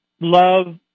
love